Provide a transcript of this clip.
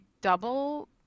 double